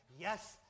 Yes